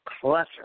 clutter